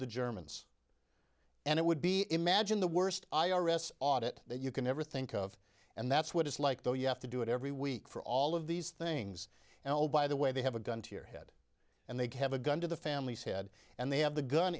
the germans and it would be imagine the worst i r s audit that you can ever think of and that's what it's like though you have to do it every week for all of these things and all by the way they have a gun to your head and they have a gun to the family's head and they have the gun